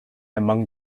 among